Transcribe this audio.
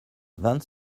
vingt